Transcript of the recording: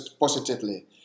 positively